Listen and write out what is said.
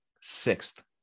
sixth